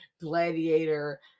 Gladiator